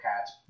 Cats